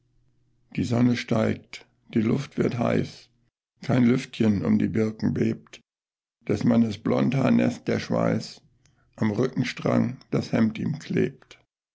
die sonne steigt die luft wird heiß kein lüftchen um die birken bebt des mannes blondhaar näßt der schweiß am rückenstrang das hemd ihm klebt